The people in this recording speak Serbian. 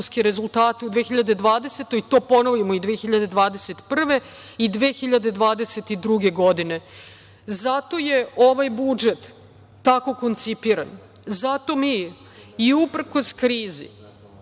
rezultate u 2020. godini i to ponovimo i 2021. i 2022. godine. Zato je ovaj budžet tako koncipiran, zato mi uprkos krizi